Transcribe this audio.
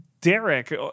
Derek